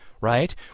right